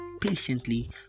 patiently